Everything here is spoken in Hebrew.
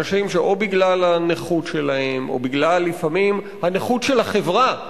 אנשים שאו בגלל הנכות שלהם או בגלל לפעמים הנכות של החברה,